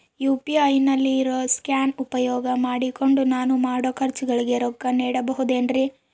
UPI ನಲ್ಲಿ ಇರೋ scan ಉಪಯೋಗ ಮಾಡಿಕೊಂಡು ನಾನು ಮಾಡೋ ಖರ್ಚುಗಳಿಗೆ ರೊಕ್ಕ ನೇಡಬಹುದೇನ್ರಿ?